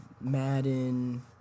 madden